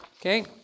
Okay